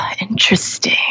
interesting